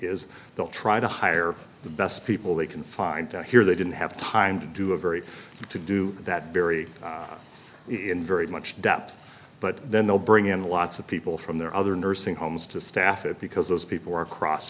is they'll try to hire the best people they can find here they didn't have time to do a very to do that very in very much depth but then they'll bring in lots of people from their other nursing homes to staff it because those people are cross